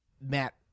Matt